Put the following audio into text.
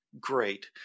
Great